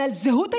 לזהות היהודית,